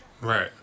Right